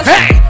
Hey